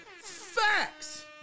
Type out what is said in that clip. Facts